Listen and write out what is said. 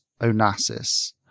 Onassis